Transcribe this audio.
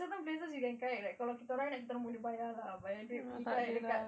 there's certain places you can kayak right kalau kita orang nak kita orang boleh bayar lah but anyway gi kayak dekat